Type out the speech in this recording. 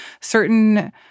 certain